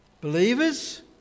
Believers